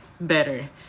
better